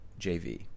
JV